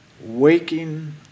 waking